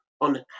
on